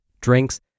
drinks